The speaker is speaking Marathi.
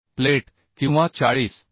प्लेट किंवा 40 मि